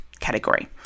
Category